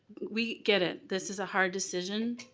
we get it. this is a hard decision.